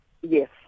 yes